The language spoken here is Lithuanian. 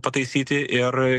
pataisyti ir